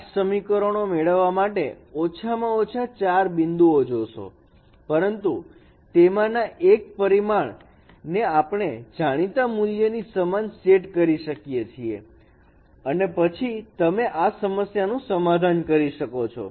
8 સમીકરણો મેળવવા માટે ઓછામાં ઓછા 4 બિંદુઓ જોશે પરંતુ તેમાંના એક પરિમાણ ને આપણે જાણીતા મૂલ્યની સમાન સેટ કરી શકીએ છીએ અને પછી તમે આ સમસ્યાનું સમાધાન કરી શકો છો